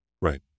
Right